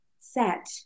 set